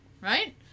right